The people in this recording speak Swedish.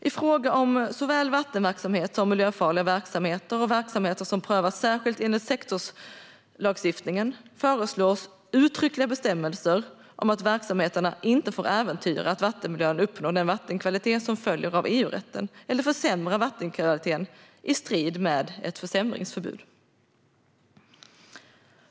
I fråga om såväl vattenverksamhet som miljöfarlig verksamhet och verksamheter som prövas särskilt enligt sektorslagstiftningen föreslås uttryckliga bestämmelser om att verksamheterna inte får äventyra att vattenmiljön uppnår den vattenkvalitet som följer av EU-rätten eller försämra vattenkvaliteten i strid med ett försämringsförbud.